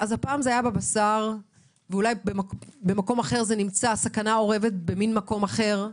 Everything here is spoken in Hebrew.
הפעם זה היה בבשר ובפעם הבאה הסכנה אורבת במקום אחר.